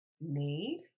need